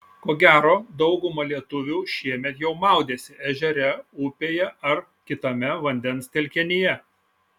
ko gero dauguma lietuvių šiemet jau maudėsi ežere upėje ar kitame vandens telkinyje